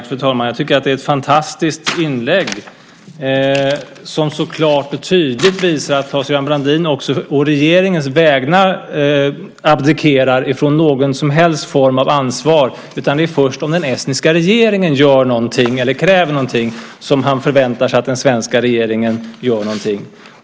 Fru talman! Jag tycker att det var ett fantastiskt inlägg som så klart och tydligt visar att Claes-Göran Brandin också å regeringens vägnar abdikerar från alla som helst former av ansvar. Det är alltså först om den estniska regeringen gör någonting eller kräver någonting som han förväntar sig att den svenska regeringen ska göra någonting.